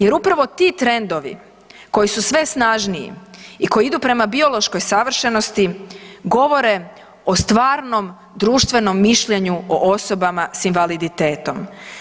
Jer upravo ti trendovi koji su sve snažniji i koji idu prema biološkoj savršenosti govore o stvarnom društvenom mišljenju o osobama sa invaliditetom.